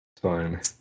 Fine